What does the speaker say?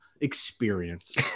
experience